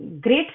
great